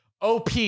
op